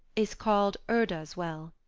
is called urda's well.